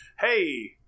hey